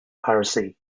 piracy